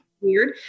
weird